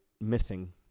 missing